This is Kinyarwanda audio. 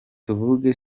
tuvuge